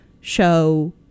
show